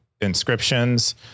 inscriptions